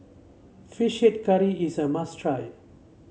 fish head curry is a must try